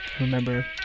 remember